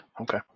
Okay